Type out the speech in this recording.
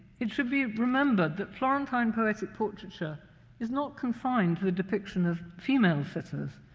it should be remembered that florentine poets at portraiture is not confined to the depiction of female sitters,